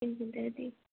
किं चिन्तयति